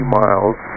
miles